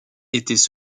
étaient